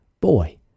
Boy